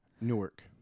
Newark